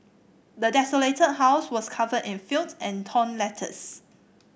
the desolated house was covered in filth and torn letters